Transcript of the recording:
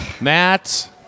Matt